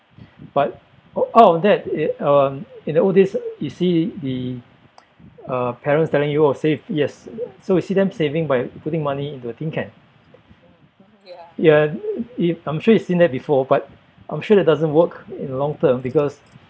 but o~ out of that it um in the old days you see the uh parents telling you oh save yes so we see them saving by putting money into a tin can ya if I'm sure you've seen that before but I'm sure that doesn't work in the long term because